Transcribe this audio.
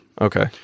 Okay